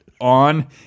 on